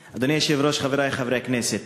היושב-ראש, חברי חברי הכנסת,